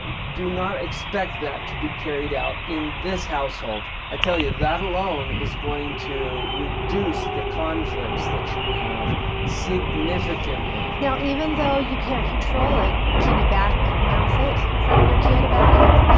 do not expect that to be carried out in this household. i tell you, that alone is going to reduce the conflicts that you have significantly. now, even though you can't control it, can you back mouth it in front of your kid about it?